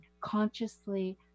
consciously